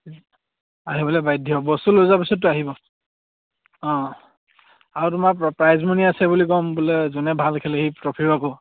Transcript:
আহিবলে বাধ্য বস্তু লৈ যোৱাৰ পিছতো আহিব অঁ আৰু তোমাৰ প্ৰাইজমনি আছে বুলি ক'ম বোলে যোনে ভাল খেলে সি ট্ৰফী পাব